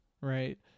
right